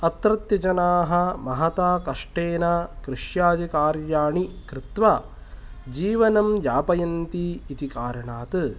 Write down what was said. अत्रत्यजनाः महता कष्टेन कृष्यादि कार्याणि कृत्वा जीवनं यापयन्ति इति कारणात्